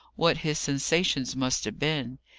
what his sensations must have been.